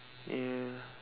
ya